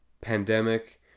pandemic